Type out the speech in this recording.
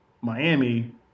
Miami